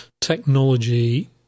technology